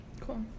Cool